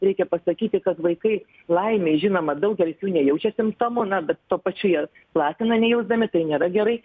reikia pasakyti kad vaikai laimei žinoma daugelis jų nejaučia simptomų bet tuo pačiu jie platina nejausdami tai nėra gerai